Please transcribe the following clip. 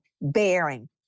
bearing